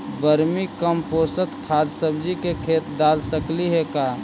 Vermi compost खाद सब्जी के खेत दाल सकली हे का?